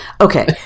Okay